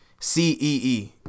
C-E-E